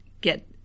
get